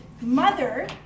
mother